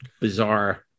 bizarre